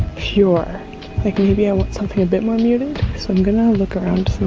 pure like maybe i want something a bit more muted. so i'm gonna look around